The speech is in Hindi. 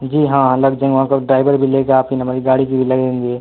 जी हाँ लग जाएँगे वहाँ का ड्राइवर भी ले कर आ फिर हमारी गाड़ी के भी लगेंगे